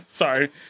Sorry